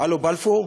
הלו, בלפור?